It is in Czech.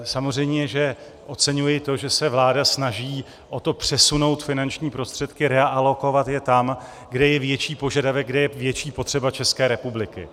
Samozřejmě že oceňuji to, že se vláda snaží o to přesunout finanční prostředky, realokovat je tam, kde je větší požadavek, kde je větší potřeba České republiky.